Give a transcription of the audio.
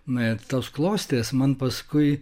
na tos klostės man paskui